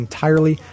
Entirely